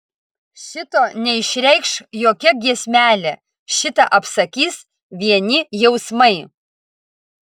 šito neišreikš jokia giesmelė šitą apsakys vieni jausmai